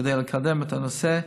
כדי לקדם את הנושא,